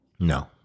No